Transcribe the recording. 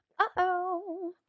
uh-oh